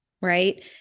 right